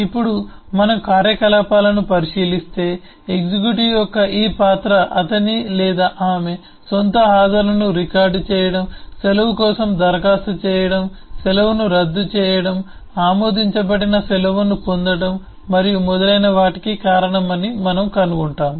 ఇప్పుడు మనము కార్యకలాపాలను పరిశీలిస్తే ఎగ్జిక్యూటివ్ యొక్క ఈ పాత్ర అతని లేదా ఆమె సొంత హాజరును రికార్డ్ చేయడం సెలవు కోసం దరఖాస్తు చేయడం సెలవును రద్దు చేయడం ఆమోదించబడిన సెలవును పొందడం మరియు మొదలైన వాటికి కారణమని మనము కనుగొంటాము